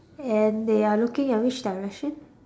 and they are looking at which direction